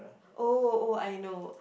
oh oh I know